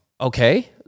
Okay